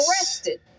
arrested